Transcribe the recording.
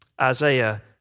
Isaiah